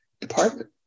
department